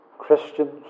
Christians